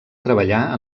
treballar